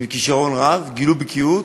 בכישרון רב, גילו בקיאות.